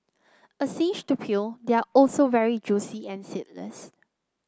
a cinch to peel they are also very juicy and seedless